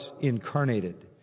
incarnated